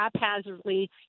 haphazardly